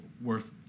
worth